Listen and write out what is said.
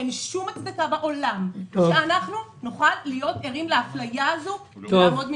אין שום הצדקה בעולם שנוכל להיות עדים לאפליה הזאת ולעמוד מנגד.